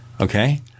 Okay